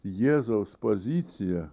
jėzaus poziciją